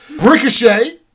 Ricochet